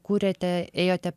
kūrėte ėjote